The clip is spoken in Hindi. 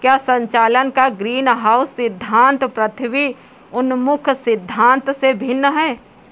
क्या संचालन का ग्रीनहाउस सिद्धांत पृथ्वी उन्मुख सिद्धांत से भिन्न है?